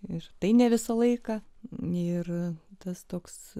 ir tai ne visą laiką nėra tas toks